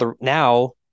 now